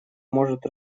может